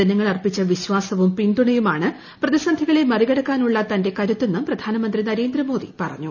ജനങ്ങൾ അർപ്പിച്ച വിശ്വാസവും പിന്തുണയുമാണ് പ്രതിസന്ധികളെ മറിക്കടക്കാനുള്ള തന്റെ കരുത്തെന്നും പ്രധാനമന്ത്രി നരേന്ദ്രമോദി പറഞ്ഞു